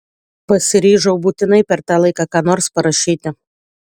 pasiryžau būtinai per tą laiką ką nors parašyti